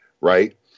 right